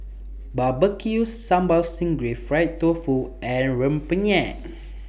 Barbecue Sambal Sting Ray Fried Tofu and Rempeyek